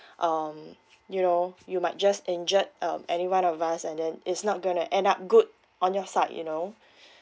um you know you might just injure um anyone of us and then it's not going to end up good on your side you know